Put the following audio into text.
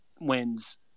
wins